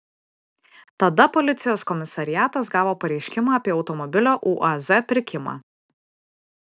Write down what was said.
tada policijos komisariatas gavo pareiškimą apie automobilio uaz pirkimą